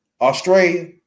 Australia